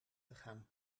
gegaan